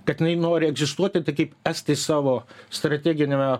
kad jinai nori egzistuoti tai kaip estai savo strateginiame